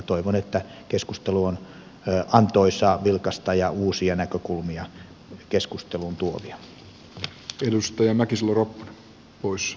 toivon että keskustelu on antoisaa vilkasta ja uusia näkökulmia keskusteluun tuovaa